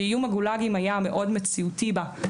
שאיום הגולאגים היה מאוד מציאותי בה,